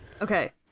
Okay